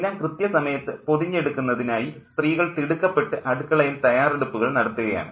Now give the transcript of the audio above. എല്ലാം കൃത്യസമയത്ത് പൊതിഞ്ഞെടുക്കുന്നതിനായി സ്ത്രീകൾ തിടുക്കപ്പെട്ട് അടുക്കളയിൽ തയ്യാറെടുപ്പുകൾ നടത്തുകയാണ്